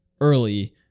early